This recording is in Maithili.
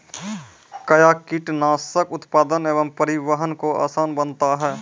कया कीटनासक उत्पादन व परिवहन को आसान बनता हैं?